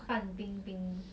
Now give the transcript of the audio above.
范冰冰